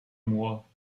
moi